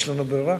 יש לנו ברירה?